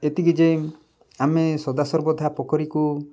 ଏତିକି ଯେ ଆମେ ସଦାସର୍ବଦା ପୋଖରୀକୁ